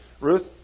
Ruth